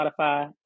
Spotify